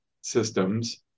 systems